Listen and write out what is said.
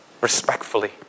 respectfully